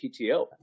PTO